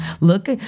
Look